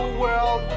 world